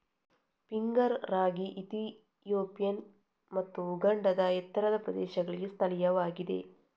finger ರಾಗಿ Ethiopian ಮತ್ತು ಉಗಾಂಡಾದ ಎತ್ತರದ ಪ್ರದೇಶಗಳಿಗೆ ಸ್ಥಳೀಯವಾಗಿದೆ